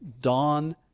dawn